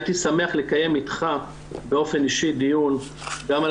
הייתי שמח לקיים איתך באופן אישי דיון גם על